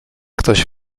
ktoś